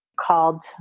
called